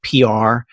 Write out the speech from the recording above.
PR